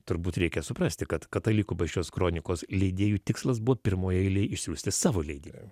turbūt reikia suprasti kad katalikų bažnyčios kronikos leidėjų tikslas buvo pirmoj eilėj išsiųsti savo leidinį